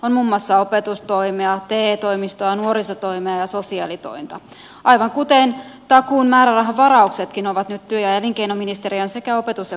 on muun muassa opetustointa te toimistoa nuorisotointa ja sosiaalitointa aivan kuten takuun määrärahavarauksetkin ovat nyt työ ja elinkeinoministeriön sekä opetus ja kulttuuriministeriön alla